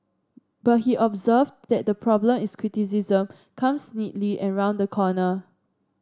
but he observed that the problem is criticism comes needly and round the corner